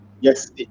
yes